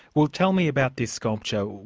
well tell me about this sculpture. so